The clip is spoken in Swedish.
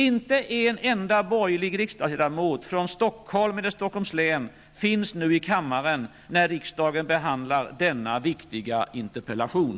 Inte en enda borgerlig riksdagsledamot från Stockholm eller Stockholms län finns i kammaren när riksdagen behandlar denna viktiga interpellation.